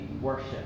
worship